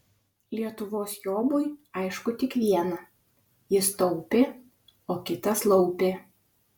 lietuvos jobui aišku tik viena jis taupė o kitas laupė